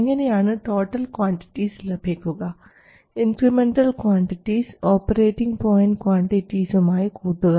എങ്ങനെയാണ് total quantities ലഭിക്കുക incremental quantities operating point ക്വാണ്ടിറ്റിസുമായി കൂട്ടുക